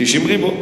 60 ריבוא.